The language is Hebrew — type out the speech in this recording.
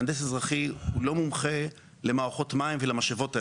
מהנדס אזרחי הוא לא מומחה למערכות מים ולמשאבות הללו.